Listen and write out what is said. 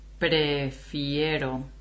Prefiero